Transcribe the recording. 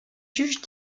juges